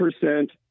percent